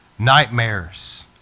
Nightmares